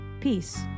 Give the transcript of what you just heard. Peace